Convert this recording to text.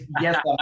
Yes